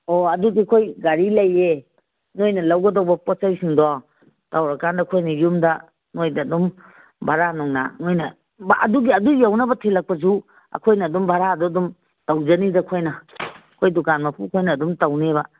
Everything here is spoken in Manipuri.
ꯑꯣ ꯑꯗꯨꯗꯤ ꯑꯩꯈꯣꯏ ꯒꯥꯔꯤ ꯂꯩꯌꯦ ꯅꯣꯏꯅ ꯂꯧꯒꯗꯧꯕ ꯄꯣꯠ ꯆꯩꯁꯤꯡꯗꯣ ꯇꯧꯔꯀꯥꯟꯗ ꯑꯩꯈꯣꯏꯅ ꯌꯨꯝꯗ ꯅꯣꯏꯗ ꯑꯗꯨꯝ ꯕꯔꯥ ꯅꯨꯡꯂꯥ ꯅꯣꯏꯅ ꯑꯗꯨꯒꯤ ꯑꯗꯨ ꯌꯧꯅꯕ ꯊꯤꯜꯂꯛꯄꯁꯨ ꯑꯩꯈꯣꯏꯅ ꯑꯗꯨꯝ ꯕꯔꯥꯗꯨ ꯑꯗꯨꯝ ꯇꯧꯖꯅꯤꯗ ꯑꯩꯈꯣꯏꯅ ꯑꯩꯈꯣꯏ ꯗꯨꯀꯥꯟ ꯃꯄꯨ ꯑꯩꯈꯣꯏꯅ ꯑꯗꯨꯝ ꯇꯧꯅꯦꯕ